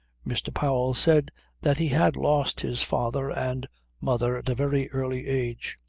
mr. powell said that he had lost his father and mother at a very early age.